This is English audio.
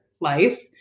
life